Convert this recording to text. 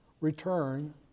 return